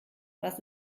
was